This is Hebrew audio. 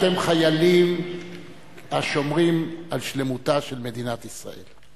אתם חיילים השומרים על שלמותה של מדינת ישראל.